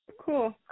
Cool